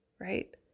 Right